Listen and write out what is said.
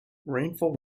rainfall